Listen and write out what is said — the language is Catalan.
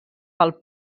pel